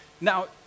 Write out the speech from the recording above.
Now